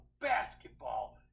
basketball